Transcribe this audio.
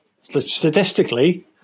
statistically